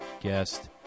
guest